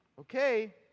okay